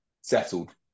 settled